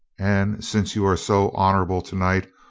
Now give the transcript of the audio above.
and since you are so honorable to-night,